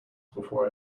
before